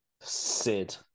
Sid